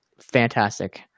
fantastic